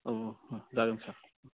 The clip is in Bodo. औ औ ओह जागोन सार